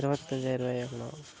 இருபத்தஞ்சாயிரம் ரூபாயாங்கண்ணா